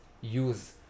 use